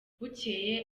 bukeye